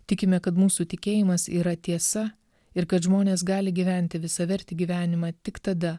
tikime kad mūsų tikėjimas yra tiesa ir kad žmonės gali gyventi visavertį gyvenimą tik tada